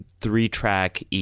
three-track